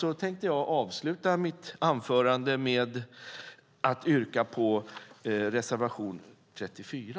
Jag tänkte avsluta mitt anförande med att yrka bifall till reservation 34.